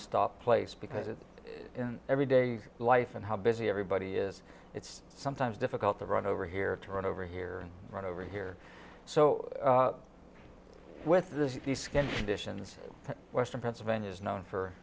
stop place because it every day life and how busy everybody is it's sometimes difficult to run over here to run over here right over here so with skin conditions western pennsylvania is known for